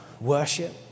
worship